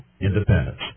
independence